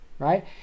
right